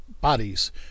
bodies